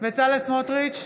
בצלאל סמוטריץ'